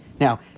Now